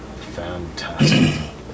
Fantastic